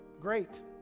great